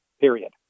period